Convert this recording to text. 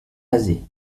azé